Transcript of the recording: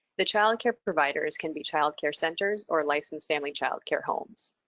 the child care providers can be child care centers or licensed family child care homes.